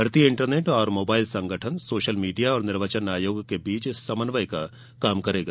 भारतीय इंटरनेट और मोबाइल संगठन सोशल मीडिया और निर्वाचन आयोग के बीच समन्वय का काम करेगा